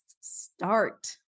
start